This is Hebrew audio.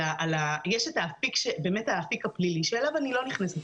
יש באמת את האפיק הפלילי שאליו אני לא נכנסת,